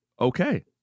Okay